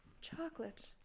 Chocolate